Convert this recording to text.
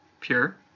Pure